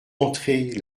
entrer